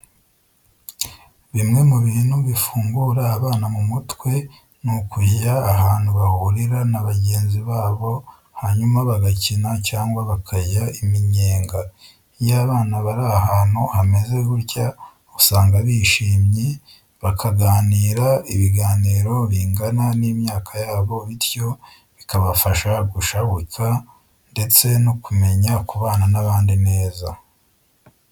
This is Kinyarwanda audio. Bimwe mu bintu bifungura abana mu mutwe ni ukujya ahantu bahurira na bagenzi babo hanyuma bagakina cyangwa bakarya iminyenga. Iyo abana bari ahantu hameze gutya usanga bishimye, bakaganira ibiganiro bingana n'imyaka yabo bityo bikabafasha gushabuka ndetse no kumenya kubana n'abandi neza.